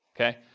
Okay